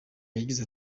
yagize